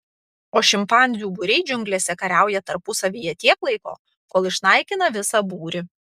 o šimpanzių būriai džiunglėse kariauja tarpusavyje tiek laiko kol išnaikina visą būrį